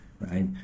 right